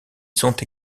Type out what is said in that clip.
sont